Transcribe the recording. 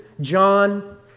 John